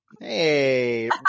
Hey